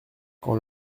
quand